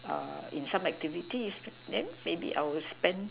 uh in some activities then maybe I will spend